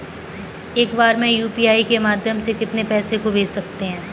एक बार में यू.पी.आई के माध्यम से कितने पैसे को भेज सकते हैं?